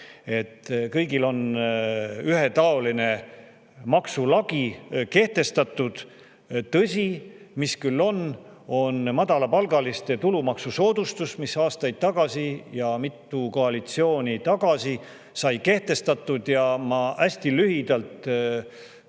Kõigile on ühetaoline maksulagi kehtestatud. Tõsi, on küll madalapalgaliste tulumaksusoodustus, mis aastaid tagasi ja mitu koalitsiooni tagasi sai kehtestatud. Ma hästi lühidalt